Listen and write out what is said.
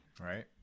Right